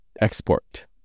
export